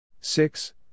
Six